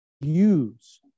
use